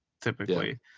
typically